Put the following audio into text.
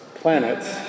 planets